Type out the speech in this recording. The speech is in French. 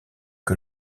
que